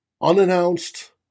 unannounced